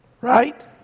Right